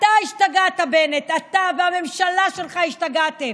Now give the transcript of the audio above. אתה השתגעת, בנט, אתה והממשלה שלך השתגעתם.